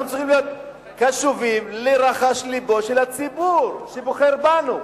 ואנחנו צריכים להיות קשובים לרחשי לבו של הציבור שבוחר בנו,